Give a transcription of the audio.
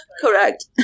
Correct